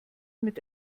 mit